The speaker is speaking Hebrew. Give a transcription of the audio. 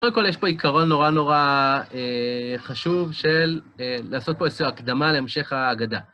קודם כל, יש פה עיקרון נורא נורא חשוב של לעשות פה איזושהי הקדמה להמשך ההגדה.